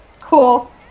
Cool